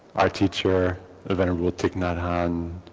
our teacher the venerable thich nhat nhan.